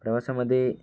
प्रवासामध्ये